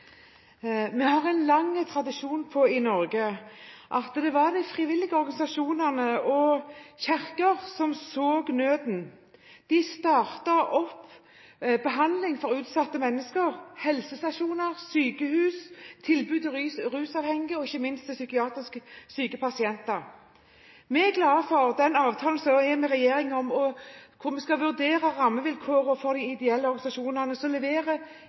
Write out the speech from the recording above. Vi har en lang tradisjon i Norge for at det var frivillige organisasjoner og Kirken som så nøden. De startet opp behandling for utsatte mennesker, helsestasjoner, sykehus, tilbud til rusavhengige og ikke minst til psykiatrisk syke pasienter. Vi er glade for avtalen med regjeringen der vi skal vurdere rammevilkårene for de ideelle organisasjonene, som